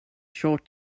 short